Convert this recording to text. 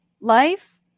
life